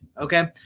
Okay